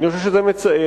אני חושב שזה מצער,